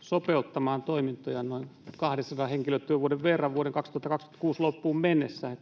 sopeuttamaan toimintojaan noin 200 henkilötyövuoden verran vuoden 2026 loppuun mennessä.